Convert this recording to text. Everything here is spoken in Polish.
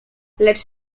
lecz